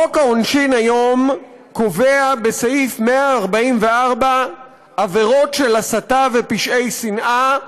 חוק העונשין היום קובע בסעיף 144 עבירות של הסתה ופשעי שנאה,